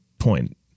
Point